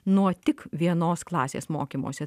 nuo tik vienos klasės mokymosi